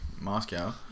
Moscow